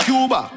Cuba